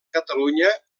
catalunya